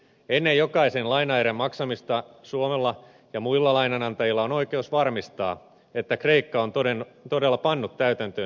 ennen jokaisen lainaerän maksamista suomella ja muilla lainanantajilla on oikeus varmistaa että kreikka on todella pannut täytäntöön sovitut asiat